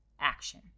action